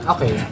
Okay